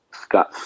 Scott